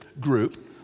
group